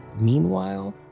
Meanwhile